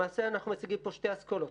למעשה אנחנו מציגים פה שתי אסכולות.